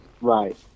Right